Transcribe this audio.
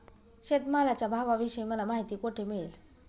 शेतमालाच्या भावाविषयी मला माहिती कोठे मिळेल?